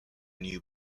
knew